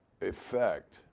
effect